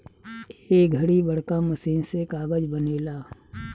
ए घड़ी बड़का मशीन से कागज़ बनेला